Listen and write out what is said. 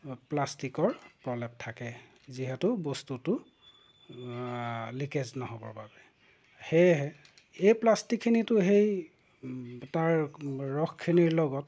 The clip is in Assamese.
প্লাষ্টিকৰ প্ৰলেপ থাকে যিহেতু বস্তুটো লিকেজ নহ'বৰ বাবে সেয়েহে এই প্লাষ্টিকখিনিতো সেই তাৰ ৰসখিনিৰ লগত